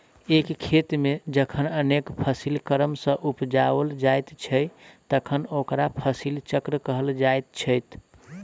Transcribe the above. एक खेत मे जखन अनेक फसिल क्रम सॅ उपजाओल जाइत छै तखन ओकरा फसिल चक्र कहल जाइत छै